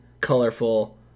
colorful